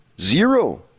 Zero